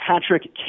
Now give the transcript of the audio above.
Patrick